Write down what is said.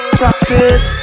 practice